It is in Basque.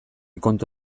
kontu